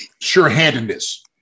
sure-handedness